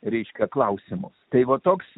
ryškia klausimu tai va toks